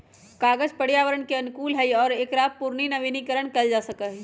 कागज पर्यावरण के अनुकूल हई और एकरा पुनर्नवीनीकरण कइल जा सका हई